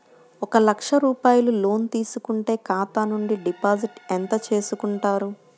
ఒక లక్ష రూపాయలు లోన్ తీసుకుంటే ఖాతా నుండి డిపాజిట్ ఎంత చేసుకుంటారు?